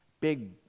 Big